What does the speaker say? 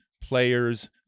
players